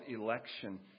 election